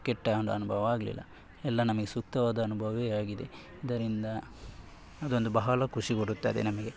ಕೆಟ್ಟ ಒಂದು ಅನುಭವ ಆಗಲಿಲ್ಲ ಎಲ್ಲ ನಮಗೆ ಸೂಕ್ತವಾದ ಅನುಭವವೇ ಆಗಿದೆ ಇದರಿಂದ ಇದೊಂದು ಬಹಳ ಖುಷಿ ಕೊಡುತ್ತದೆ ನಮಗೆ